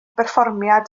berfformiad